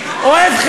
זה יום